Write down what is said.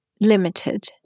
limited